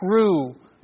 true